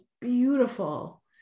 beautiful